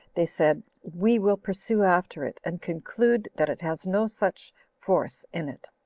they said, we will pursue after it, and conclude that it has no such force in it.